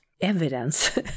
evidence